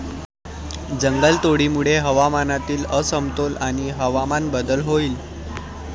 जंगलतोडीमुळे हवामानातील असमतोल आणि हवामान बदल होईल